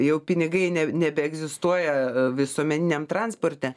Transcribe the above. jau pinigai ne nebeegzistuoja visuomeniniam transporte